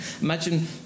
Imagine